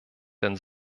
denn